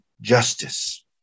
Justice